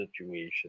situation